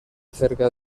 cerca